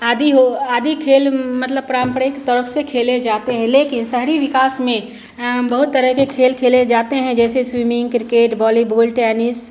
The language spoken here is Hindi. आदि हो आदि खेल मतलब पारंपरिक तौर से खेले जाते हैं लेकिन शहरी विकास में बहुत तरह के खेल खेले जाते हैं जैसे स्विमिंग किर्केट बॉलीबॉल टैनिस